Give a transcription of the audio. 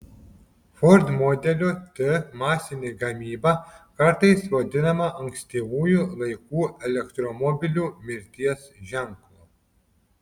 ford modelio t masinė gamyba kartais vadinama ankstyvųjų laikų elektromobilių mirties ženklu